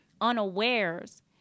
unawares